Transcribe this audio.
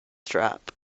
strap